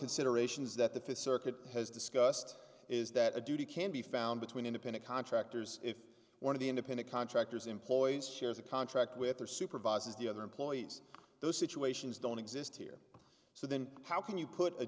considerations that the fifth circuit has discussed is that a duty can be found between independent contractors if one of the independent contractors employees shares a contract with their supervisors the other employees those situations don't exist here so then how can you put a